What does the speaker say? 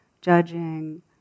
judging